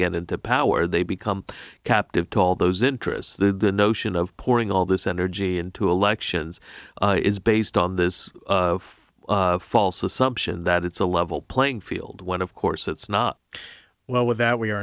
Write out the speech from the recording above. get into power they become captive to all those interests the notion of pouring all this energy into elections is based on this false assumption that it's a level playing field when of course it's not well with that we are